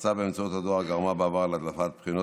הפצה באמצעות הדואר גרמה בעבר להדלפת בחינות